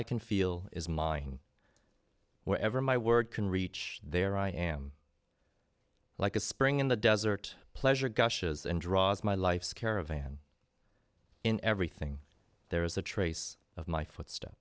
i can feel is mine wherever my word can reach there i am like a spring in the desert pleasure gushes and draws my life's caravan in everything there is a trace of my footsteps